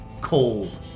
cold